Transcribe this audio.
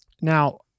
Now